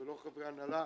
ולא חברי הנהלה,